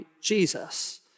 Jesus